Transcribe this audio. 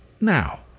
now